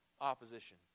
opposition